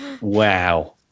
Wow